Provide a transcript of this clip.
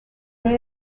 real